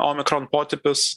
omikron potipius